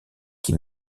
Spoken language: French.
qui